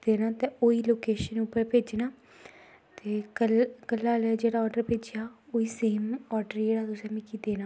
ते में इस लोकेशन उप्पर ई भेजना त घरै आह्लें जेह्ड़ा ऑर्डर भेजेआ ओह् सेम ऑर्डर गै तुसें मिगी देना